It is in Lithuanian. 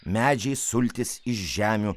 medžiai sultis iš žemių